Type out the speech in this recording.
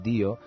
Dio